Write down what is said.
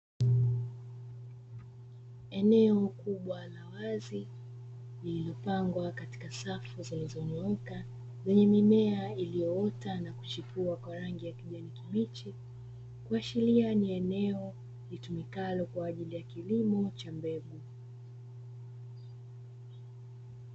Eneo kubwa la wazi lililopangwa katika safu zilizonyooka lenye mimea iliyoota na kuchipua kwa rangi ya kijani kibichi, kuashiria ni eneo litumikalo kwa ajili ya kilimo cha mbegu.